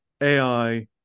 AI